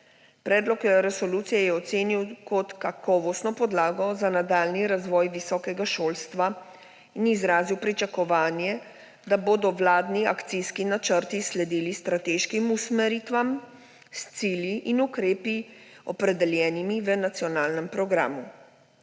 Predlog resolucije je ocenil kot kakovostno podlago za nadaljnji razvoj visokega šolstva in izrazil pričakovanje, da bodo vladni akcijski načrti sledili strateškim usmeritvam s cilji in ukrepi, opredeljenimi v nacionalnem programu.